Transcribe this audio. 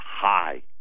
high